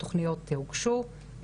התוכניות הוגשו,